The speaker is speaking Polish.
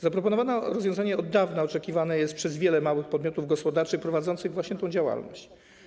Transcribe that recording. Zaproponowane rozwiązanie jest od dawna oczekiwane przez wiele małych podmiotów gospodarczych prowadzących właśnie taką działalność.